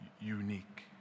unique